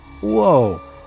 Whoa